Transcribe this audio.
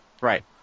Right